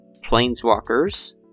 Planeswalkers